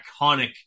iconic